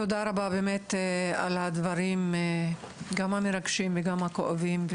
תודה רבה על הדברים המרגשים והכואבים.